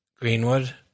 Greenwood